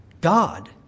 God